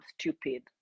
stupid